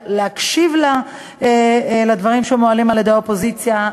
להקשיב לדברים שמועלים על-ידי האופוזיציה.